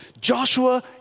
Joshua